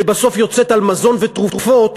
שבסוף יוצאת על מזון ותרופות,